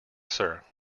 sir